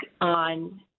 on